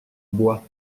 bois